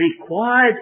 required